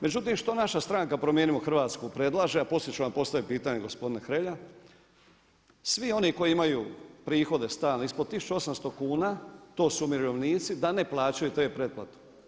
Međutim što naša stranka Promijenimo Hrvatsku predlaže, a poslije ću vam postaviti pitanje gospodine Hrelja, svi oni koji imaju prihode, stalne ispod tisuću 800 kuna to su umirovljenici da ne plaćaju te pretplate.